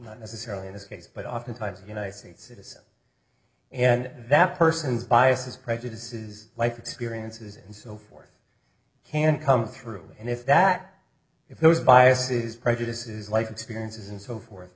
not necessarily in this case but oftentimes the united states citizens and that person's biases prejudices life experiences and so forth can come through and if that if those biases prejudices life experiences and so forth